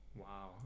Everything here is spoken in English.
Wow